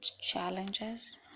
challenges